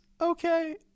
okay